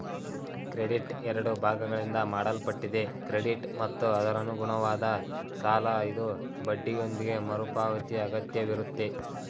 credit ಎರಡು ಭಾಗಗಳಿಂದ ಮಾಡಲ್ಪಟ್ಟಿದೆ ಕ್ರೆಡಿಟ್ ಮತ್ತು ಅದರಅನುಗುಣವಾದ ಸಾಲಇದು ಬಡ್ಡಿಯೊಂದಿಗೆ ಮರುಪಾವತಿಯಅಗತ್ಯವಿರುತ್ತೆ